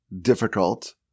difficult